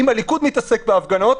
אם הליכוד מתעסק בהפגנות,